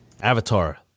avatar